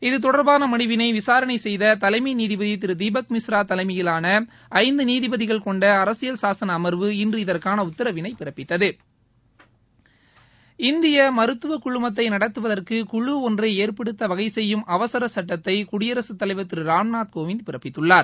இது தொடர்பான மனுவினை விசாரணை செய்த தலைமை நீதிபதி திரு தீபக் மிஸ்ரா தலைமையிலாள ஐந்து நீதிபதிகள் கொண்ட அரசியல் சாசன அமர்வு இன்று இதற்கான உத்தரவினை பிறப்பித்தது இந்திய மருத்துவக்குழுமத்தை நடத்துவதற்கு குழு ஒன்றை ஏற்படுத்த வகைசெய்யும் அவசரசட்டத்தை குடியரசுத்தலைவர் திரு ராம்நாத் கோவிந்த் பிறப்பித்துள்ளார்